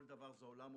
כל דבר הוא עולם ומלואו,